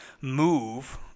move